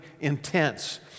intense